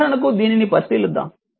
ఉదాహరణకు దీనిని పరిశీలిద్దాం